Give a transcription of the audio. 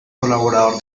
colaborador